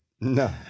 No